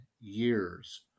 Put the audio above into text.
years